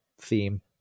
theme